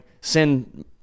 send